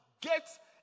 get